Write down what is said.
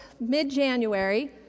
mid-January